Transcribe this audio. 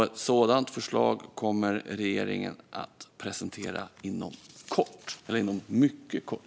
Ett sådant förslag kommer regeringen att presentera inom mycket kort.